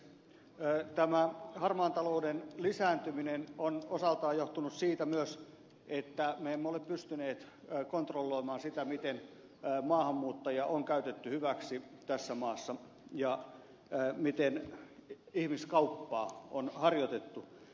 tämä harmaan talouden lisääntyminen on osaltaan johtunut siitä myös että me emme ole pystyneet kontrolloimaan sitä miten maahanmuuttajia on käytetty hyväksi tässä maassa ja miten ihmiskauppaa on harjoitettu